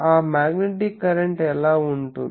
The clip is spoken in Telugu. ఆ మ్యాగ్నెటిక్ కరెంట్ ఎలా వస్తుంది